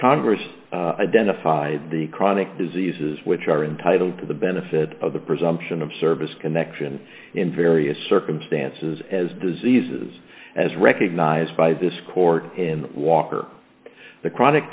congress identify the chronic diseases which are entitled to the benefit of the presumption of service connection in various circumstances as diseases as recognized by this court in walker the chronic